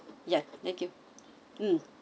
ya thank you mm